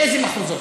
לאיזה מחוזות?